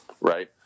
right